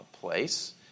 place